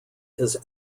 his